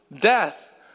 Death